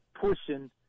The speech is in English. pushing